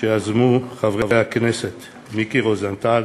שיזם חבר הכנסת מיקי רוזנטל,